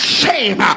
shame